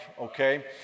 okay